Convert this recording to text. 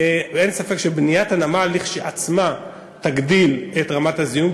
אין ספק שבניית הנמל כשלעצמה תגדיל את רמת הזיהום,